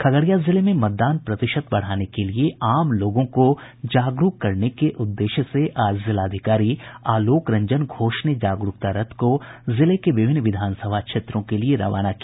खगड़िया जिले में मतदान प्रतिशत बढ़ाने के लिये आम लोगों को जागरूक करने के उद्देश्य से आज जिलाधिकारी आलोक रंजन घोष ने जागरूकता रथ को जिले के विभिन्न विधानसभा क्षेत्रों के लिये रवाना किया